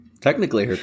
technically